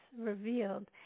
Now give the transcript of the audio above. revealed